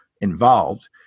involved